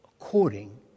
according